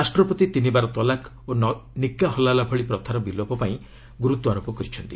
ରାଷ୍ଟ୍ରପତି ତିନିବାର ତଲାକ ଓ ନିକା ହଲ୍ଲାଲା ଭଳି ପ୍ରଥାର ବିଲୋପ ପାଇଁ ଗୁରୁତ୍ୱାରୋପ କରିଛନ୍ତି